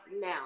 now